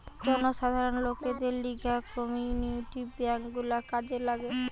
জনসাধারণ লোকদের লিগে কমিউনিটি বেঙ্ক গুলা কাজে লাগে